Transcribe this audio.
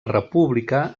república